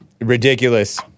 Ridiculous